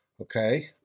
okay